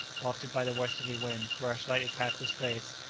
wafted by the westerly wind, brushed lightly past his face,